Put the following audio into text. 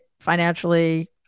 financially